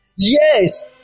Yes